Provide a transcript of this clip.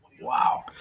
Wow